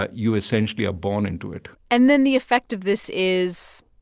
but you essentially are born into it and then the effect of this is,